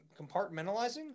compartmentalizing